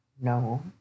No